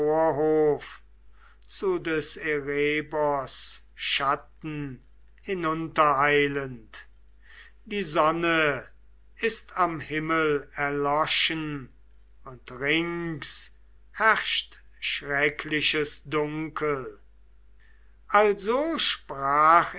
zu des erebos schatten hinuntereilend die sonne ist am himmel erloschen und rings herrscht schreckliches dunkel also sprach